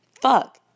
fuck